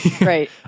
Right